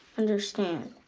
understand.